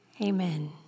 Amen